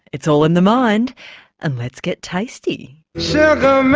it's all in the mind and let's get tasty. so um